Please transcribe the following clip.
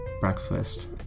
breakfast